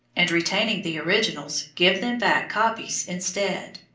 and, retaining the originals, give them back copies instead.